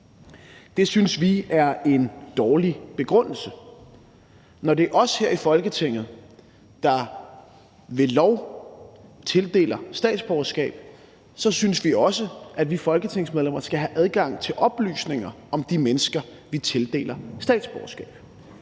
Det synes vi er en dårlig begrundelse. Når det er os her i Folketinget, der ved lov tildeler statsborgerskab, synes vi også, at vi folketingsmedlemmer skal have adgang til oplysninger om de mennesker, vi tildeler statsborgerskab.